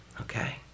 okay